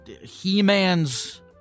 He-Man's